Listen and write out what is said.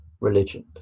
religion